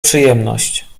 przyjemność